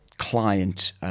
Client